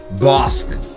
Boston